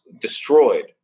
destroyed